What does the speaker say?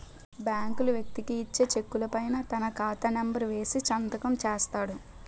బ్యాంకులు వ్యక్తికి ఇచ్చే చెక్కుల పైన తన ఖాతా నెంబర్ వేసి సంతకం చేస్తాడు